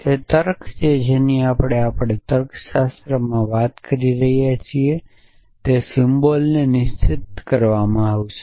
તે higher order તર્ક છે જેની આપણે આપણા તર્ક પ્રિડિકેટ સિમ્બોલમાં વાત કરી રહ્યા નથી